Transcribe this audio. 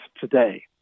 today